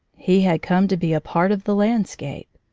he had come to be a part of the landscape.